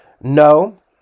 No